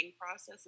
process